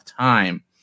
time